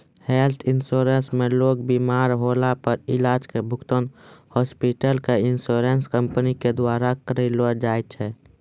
health insurance मे लोग बिमार होला पर इलाज के भुगतान हॉस्पिटल क इन्शुरन्स कम्पनी के द्वारा करलौ जाय छै